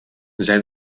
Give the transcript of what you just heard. zij